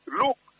look